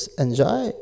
enjoy